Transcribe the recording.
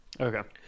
Okay